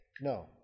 no